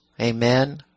Amen